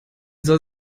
soll